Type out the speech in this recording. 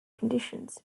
conditions